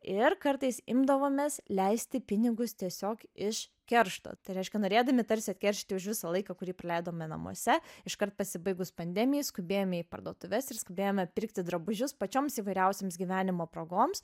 ir kartais imdavomės leisti pinigus tiesiog iš keršto tai reiškia norėdami tarsi atkeršyti už visą laiką kurį praleidome namuose iškart pasibaigus pandemijai skubėjome į parduotuves ir skubėjome pirkti drabužius pačioms įvairiausioms gyvenimo progoms